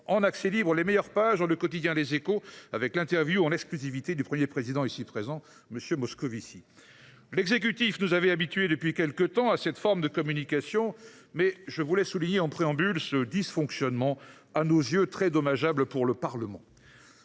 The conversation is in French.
en accès libre dans le quotidien, avec l’interview en exclusivité du Premier président, ici présent, M. Moscovici. L’exécutif nous avait habitués depuis quelque temps à cette forme de communication, mais je voulais souligner en préambule ce dysfonctionnement à nos yeux très dommageable pour le Parlement,